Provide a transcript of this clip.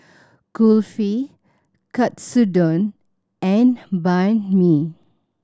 Kulfi Katsudon and Banh Mi